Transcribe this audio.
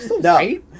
No